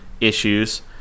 issues